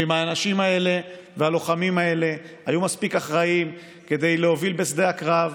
ואם האנשים האלה והלוחמים האלה היו מספיק אחראים כדי להוביל בשדה הקרב,